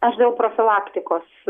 aš dėl profilaktikos